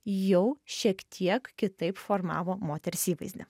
jau šiek tiek kitaip formavo moters įvaizdį